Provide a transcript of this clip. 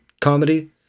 comedy